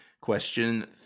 Question